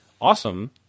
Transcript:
awesome